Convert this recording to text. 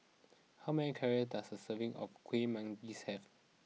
how many calories does a serving of Kuih Manggis have